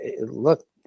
look